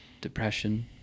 depression